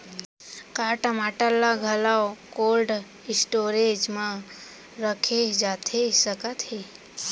का टमाटर ला घलव कोल्ड स्टोरेज मा रखे जाथे सकत हे?